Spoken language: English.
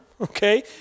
okay